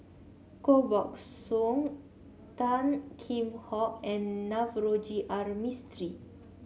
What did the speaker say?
Koh Buck Song Tan Kheam Hock and Navroji R Mistri